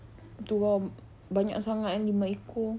tu lah banyak sangat kan lima ekor